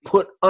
put